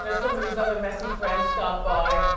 and some of his other messy friends stop by,